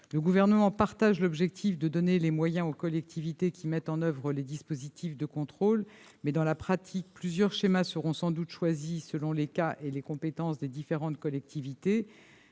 Le Gouvernement partage l'objectif de donner des moyens aux collectivités qui mettent en oeuvre les dispositifs de contrôle. Mais, dans la pratique, plusieurs schémas seront sans doute choisis, selon les cas et les compétences des différentes collectivités.